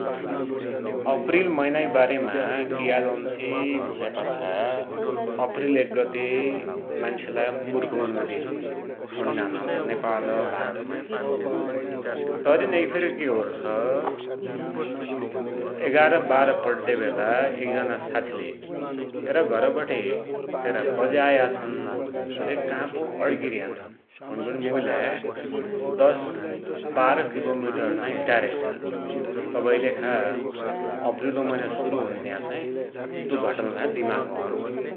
अप्रिल मैनाकी वारेमा कि याद औच्छी भुण्यापाछा अप्रिल एक गते मान्सलाई मुर्ख बनुन्या दिन भुण्णान हमरा नेपाल भारतमा, तै दिन एक फेर कि होरैछ, एघार बाह्र पड्या वेला एक जना साथीले तेरा घरबठे तेरा बज्या आयाछन् रे कापो अड्किर्यान, भुणीवटी मुइलाई दश बाह्र किलोमिटर चाहि हिटायरैछ । तवैकिलेखा अप्रिलो मैना सुरु हुन्ज्या चाही तु घटना चाहि दिमागमा औन्छ ।